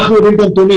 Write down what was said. אנחנו רואים את הנתונים.